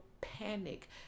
panic